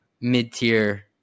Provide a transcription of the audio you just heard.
mid-tier